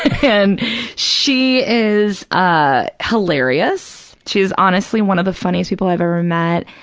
and she is ah hilarious. she's honestly one of the funniest people i've ever met.